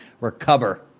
recover